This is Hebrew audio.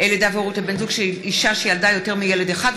לידה והורות לבן זוג של עובדת שילדה יותר מילד אחד),